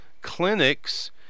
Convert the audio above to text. clinics